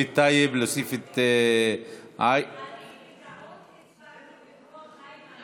ההצעה להעביר את הנושא לוועדת העבודה,